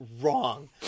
wrong